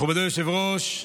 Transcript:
מכובדי היושב-ראש,